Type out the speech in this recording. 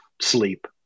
sleep